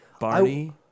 Barney